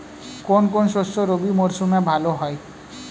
কোন কোন শস্য রবি মরশুমে ভালো হয়?